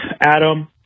Adam